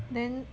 then